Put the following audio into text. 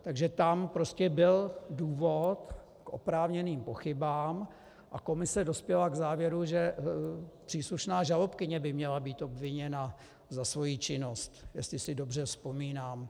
Takže tam prostě byl důvod k oprávněným pochybám a komise dospěla k závěru, že příslušná žalobkyně by měla být obviněna za svoji činnost, jestli si dobře vzpomínám.